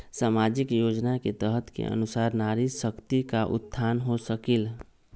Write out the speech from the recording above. सामाजिक योजना के तहत के अनुशार नारी शकति का उत्थान हो सकील?